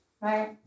right